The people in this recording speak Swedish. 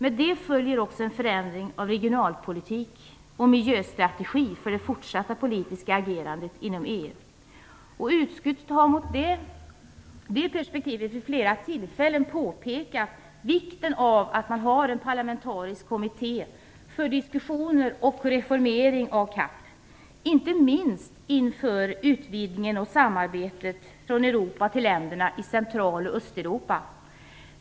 Med det följer också en förändring av regionalpolitik och miljöstrategi för det fortsatta politiska agerandet inom Utskottet har mot bakgrund av det perspektivet vid flera tillfällen påpekat vikten av en parlamentarisk kommitté för diskussioner och för reformering av CAP - inte minst inför utvidgningen och samarbetet med länderna i Central och Östeuropa.